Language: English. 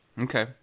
Okay